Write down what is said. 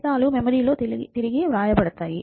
ఫలితాలు మెమరీలో తిరిగి వ్రాయబడతాయి